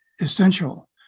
essential